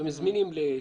שהם זמינים לשחרור.